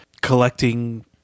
collecting